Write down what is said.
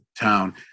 town